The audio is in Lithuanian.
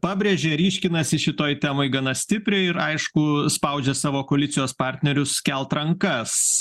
pabrėžia ryškinasi šitoj temoj gana stipriai ir aišku spaudžia savo koalicijos partnerius kelt rankas